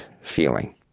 feeling